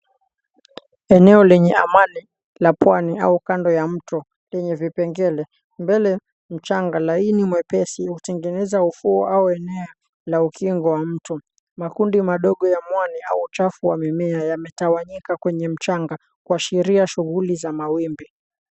Eneo lenye amani la pwani au kando ya mto lenye vipengele. Mbele mchanga, laini mwepesi hutengeneza ufuo au enea la ukingo wa mto. Makundi madogo ya mwani au uchafu wa mimea yametawanyika kwenye mchanga kuashiria shughuli za mawimbi.